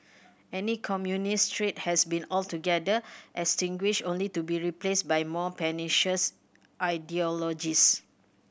any communist threat has been altogether extinguished only to be replaced by more pernicious ideologies